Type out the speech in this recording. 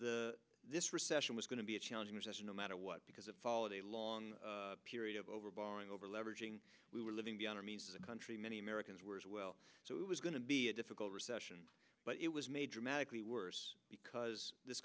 the this recession was going to be a challenging recession no matter what because it followed a long period of overborrowing over leveraging we were living beyond our means as a country many americans were as well so it was going to be a difficult recession but it was made dramatically worse because this